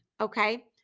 okay